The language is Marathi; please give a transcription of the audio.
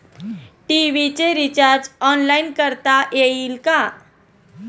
टी.व्ही चे रिर्चाज ऑनलाइन करता येईल का?